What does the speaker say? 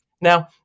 Now